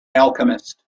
alchemist